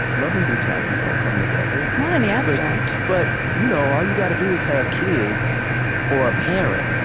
love and brutality don't come together. not in the abstract but you know all you got to do is have kids or a parent